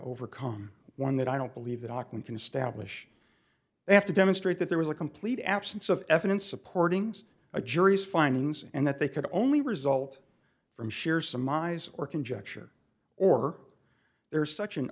overcome one that i don't believe that auckland can stab wish to have to demonstrate that there was a complete absence of evidence supporting a jury's findings and that they could only result from share some eyes or conjecture or there's such an